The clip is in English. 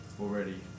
already